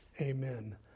Amen